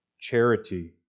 charity